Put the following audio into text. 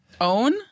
Own